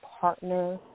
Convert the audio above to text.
partner